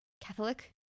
Catholic